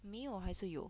没有还是有